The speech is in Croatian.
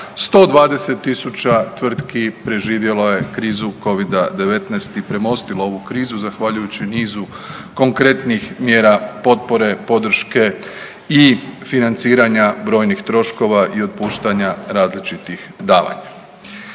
120.000 tvrtki preživjelu je krizu covida-19 i premostilo ovu krizu zahvaljujući nizu konkretnih mjera potpore podrške i financiranja brojnih troškova i otpuštanja različitih davanja.